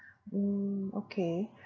mm okay